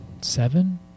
seven